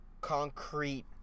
concrete